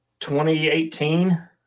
2018